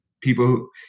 people